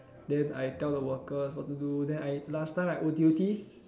then I tell the workers what to do then I last time I O_T_O_T